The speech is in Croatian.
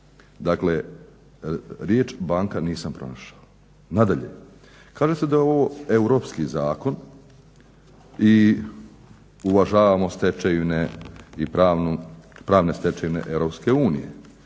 dakle riječ banka nisam pronašao. Nadalje, kaže se da je ovo europski zakon i uvažavamo pravne stečevine EU. Pa se